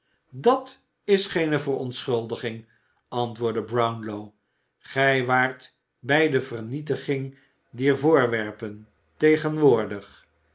dat is geene verontschuldiging antwoordde brownlow gij waart bij de vernietiging dier voorwerpen